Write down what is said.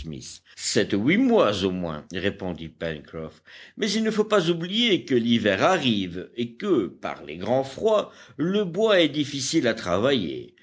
sept ou huit mois au moins répondit pencroff mais il ne faut pas oublier que l'hiver arrive et que par les grands froids le bois est difficile à travailler